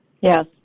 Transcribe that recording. Yes